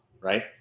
right